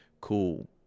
Cool